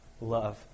love